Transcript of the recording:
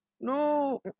No